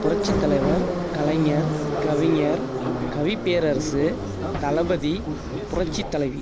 Puratchithalaivar Kalaignar Kavignar Kaviperarasu Thalapathy Puratchithalaivi